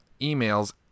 emails